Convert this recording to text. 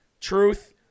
truth